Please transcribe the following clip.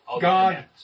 God